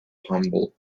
humble